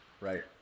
Right